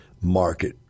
market